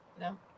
No